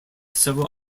several